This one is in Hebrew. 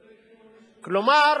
כלומר,